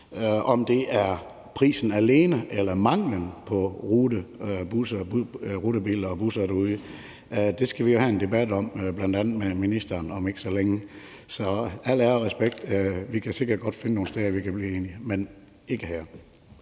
Om det er prisen alene eller manglen på rutebiler og -busser derude, skal vi jo have en debat om, bl.a. med ministeren, om ikke så længe. Så med al ære og respekt kan vi sikkert godt finde nogle steder, hvor vi kan blive enige, men ikke her.